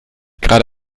gerade